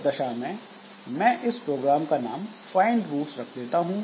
इस दशा में मैं इस प्रोग्राम का नाम फाइंड रूट्स रख देता हूं